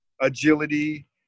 agility